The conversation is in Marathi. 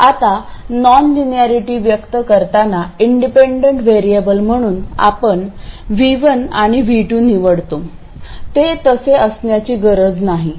आता अन नॉनलिनिरीटी व्यक्त करताना इनडीपेंडट वेरीअबल म्हणून आपण V1 आणि V2 निवडतो ते तसे असण्याची गरज नाही